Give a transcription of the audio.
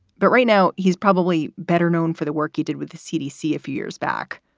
but right now, he's probably better known for the work he did with the cdc a few years back.